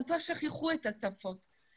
הם שכחו את השפות האחרות.